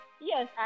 Yes